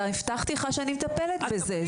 הבטחתי לך שאני מטפלת בזה.